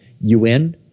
UN